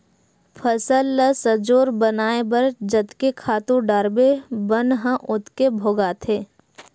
फसल ल सजोर बनाए बर जतके खातू डारबे बन ह ओतके भोगाथे